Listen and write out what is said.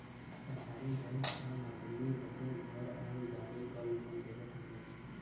सरकारी बैंक आम आदमी बदे घर आउर गाड़ी पर लोन देवत हउवन